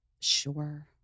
sure